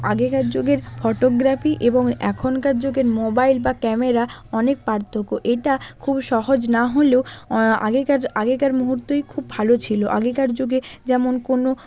আগেকার যুগের ফটোগ্রাফি এবং এখনকার যুগের মোবাইল বা ক্যামেরা অনেক পার্থক্য এটা খুব সহজ না হলেও আগেকার আগেকার মুহূর্তই খুব ভালো ছিল আগেকার যুগে যেমন কোনও